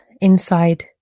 inside